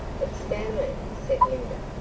but, stanley, said linda,